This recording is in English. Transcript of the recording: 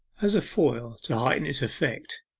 as a foil to heighten its effect,